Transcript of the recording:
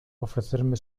ofrecerme